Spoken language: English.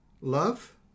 love